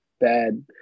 bad